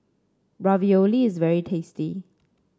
ravioli is very tasty